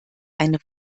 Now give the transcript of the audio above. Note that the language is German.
eine